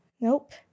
nope